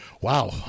Wow